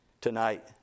tonight